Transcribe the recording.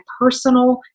personal